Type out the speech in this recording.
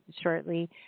shortly